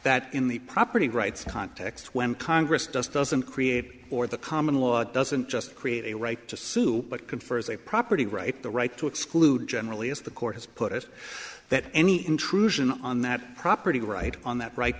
that in the property rights context when congress does doesn't create or the common law doesn't just create a right to sue but confers a property right the right to exclude generally as the court has put it that any intrusion on that property right on that right